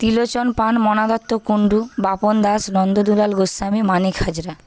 Trilochan Pan Mona Dutta Kundu Bapan Das Nandadulal Goswami Manik Hazra